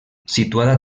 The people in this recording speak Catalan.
situada